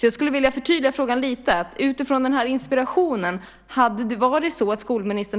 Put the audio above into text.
Jag skulle alltså vilja förtydliga frågan lite: Är det så att skolministern utifrån denna inspiration